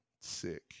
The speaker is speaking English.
sick